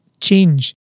change